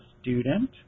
student